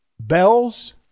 Bells